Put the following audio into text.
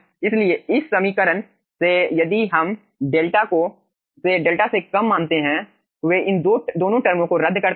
इस समीकरण से यदि हम डेल्टा को D से कम मानते हुए इन दोनों टर्म को रद्द करते हैं